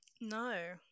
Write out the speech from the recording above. No